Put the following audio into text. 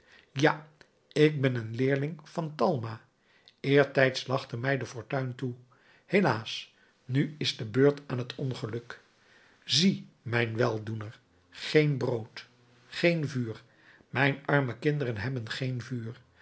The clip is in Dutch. ja ik ben een leerling van talma eertijds lachte mij de fortuin toe helaas nu is de beurt aan het ongeluk zie mijn weldoener geen brood geen vuur mijn arme kinderen hebben geen vuur